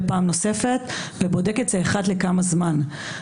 פעם נוספת ובודק את זה אחת לכמה זמן.